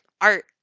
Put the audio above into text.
art